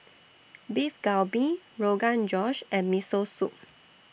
Beef Galbi Rogan Josh and Miso Soup